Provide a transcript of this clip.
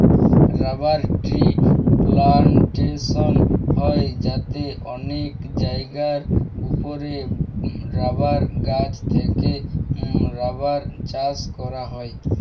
rubber tree plantation হয় যাতে অনেক জায়গার উপরে রাবার গাছ থেকে রাবার চাষ করা হয়